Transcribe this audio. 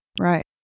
Right